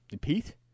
Pete